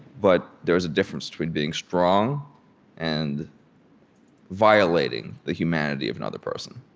but there is a difference between being strong and violating the humanity of another person